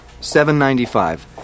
Seven-ninety-five